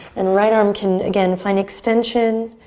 and right arm can, again, find extension.